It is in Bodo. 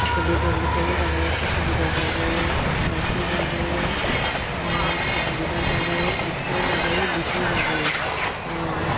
थास' बेदरनिफ्रायनो जाजायो थास' बेदर जाजायो थास' आथिं जाजायो आरो थास' बिबार जाजायो बिथ'राय जाजायो बिसं जाजायो ओ